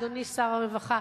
אדוני שר הרווחה,